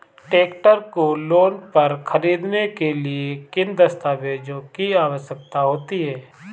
Tractor को loan पर खरीदने के लिए किन दस्तावेज़ों की आवश्यकता होती है?